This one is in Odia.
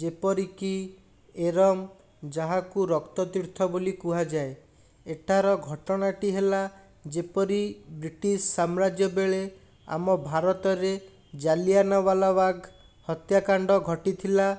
ଯେପରିକି ଏରମ୍ ଯାହାକୁ ରକ୍ତତୀର୍ଥ ବୋଲି କୁହାଯାଏ ଏଠାର ଘଟଣାଟି ହେଲା ଯେପରି ବ୍ରିଟିଶ୍ ସାମ୍ରାଜ୍ୟବେଳେ ଆମ ଭାରତରେ ଜାଲିଆନାବାଲାବାଗ ହତ୍ୟାକାଣ୍ଡ ଘଟିଥିଲା